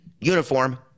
uniform